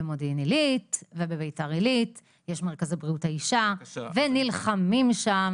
במודיעין עילית ובביתר עילית יש מרכזי בריאות האישה ונלחמים שם